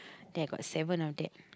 think I got seven of that